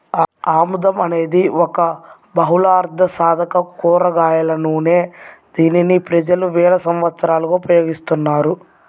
ఆముదం అనేది ఒక బహుళార్ధసాధక కూరగాయల నూనె, దీనిని ప్రజలు వేల సంవత్సరాలుగా ఉపయోగిస్తున్నారు